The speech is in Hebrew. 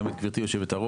גם את גברתי יושבת-הראש.